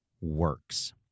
works